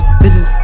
bitches